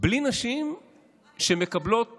בלי נשים שמקבלות תפקידים,